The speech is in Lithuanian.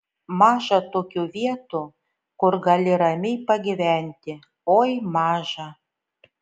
maža tokių vietų kur gali ramiai pagyventi oi maža